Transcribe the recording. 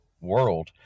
world